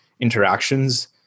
interactions